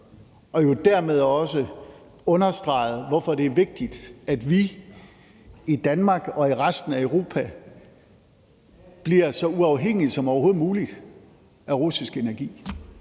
Det har også understreget, hvorfor det er vigtigt, at vi i Danmark og i resten af Europa bliver så uafhængige som overhovedet muligt af russisk energi.